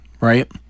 right